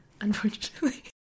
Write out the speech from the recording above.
unfortunately